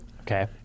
Okay